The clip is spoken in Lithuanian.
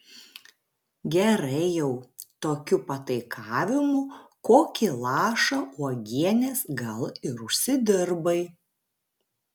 gerai jau tokiu pataikavimu kokį lašą uogienės gal ir užsidirbai